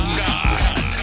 god